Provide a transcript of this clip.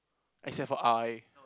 except for R_I